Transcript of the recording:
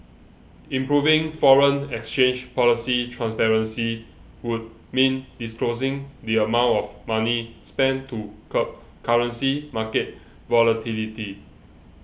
improving foreign exchange policy transparency would mean disclosing the amount of money spent to curb currency market volatility